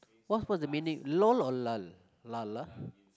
what's what's the meaning lull or lull lull ah